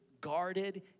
guarded